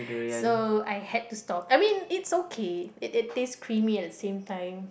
so I had to stop I mean it's okay it is taste creamy at the same time